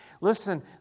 Listen